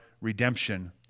redemption